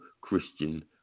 Christian